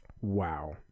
Wow